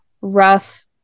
rough